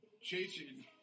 Chasing